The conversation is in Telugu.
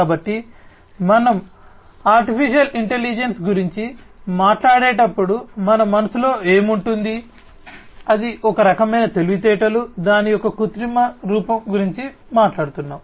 కాబట్టి మనం ఆర్టిఫిషియల్ ఇంటెలిజెన్స్ గురించి మాట్లాడేటప్పుడు మన మనసులో ఏముంటుంది అది ఒకరకమైన తెలివితేటలు దాని యొక్క కృత్రిమ రూపం గురించి మాట్లాడుతున్నాం